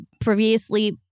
previously